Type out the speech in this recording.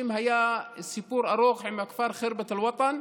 היה סיפור ארוך עם הכפר ח'רבת אל-וטן,